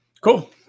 cool